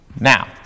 Now